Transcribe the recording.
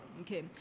Okay